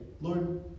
Lord